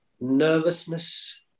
nervousness